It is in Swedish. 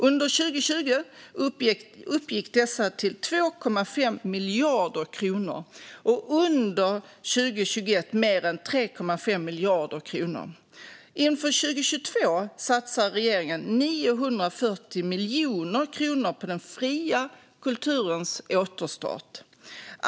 Under 2020 uppgick dessa till 2,5 miljarder kronor och under 2021 till mer än 3,5 miljarder kronor. Inför 2022 satsar regeringen 940 miljoner kronor på den fria kulturens återstart.